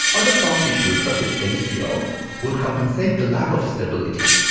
other soft tissues such as acl would compensate the lack of stability.